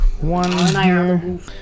One